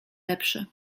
lepsze